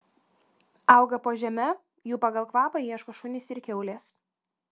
auga po žeme jų pagal kvapą ieško šunys ir kiaulės